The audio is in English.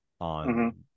on